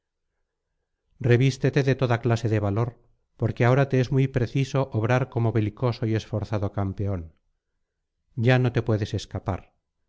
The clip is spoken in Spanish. combatiente revístete de toda clase de valor porque ahora te es muy preciso obrar como belicoso y esforzado campeón ya no te puedes escapar